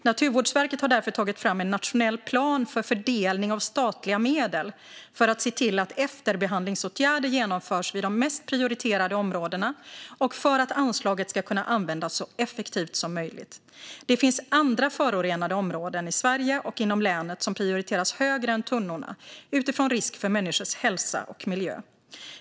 Naturvårdsverket har därför tagit fram en nationell plan för fördelning av statliga medel för att se till att efterbehandlingsåtgärder genomförs vid de mest prioriterade områdena och för att anslaget ska kunna användas så effektivt som möjligt. Det finns andra förorenade områden i Sverige och inom länet som prioriteras högre än tunnorna utifrån risk för människors hälsa och miljö.